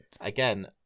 again